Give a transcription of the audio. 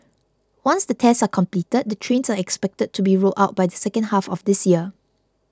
once the tests are completed the trains are expected to be rolled out by the second half of this year